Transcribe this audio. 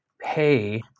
pay